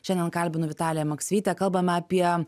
šiandien kalbinu vitaliją maksvytę kalbam apie